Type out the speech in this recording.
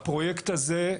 הפרויקט הזה,